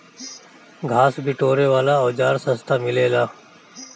घास बिटोरे वाला औज़ार सस्ता मिलेला